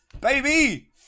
baby